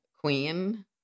Queen